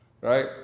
right